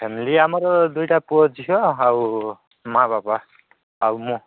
family ଆମର ଦୁଇଟା ପୁଅ ଝିଅ ଆଉ ମାଆ ବାପା ଆଉ ମୁଁ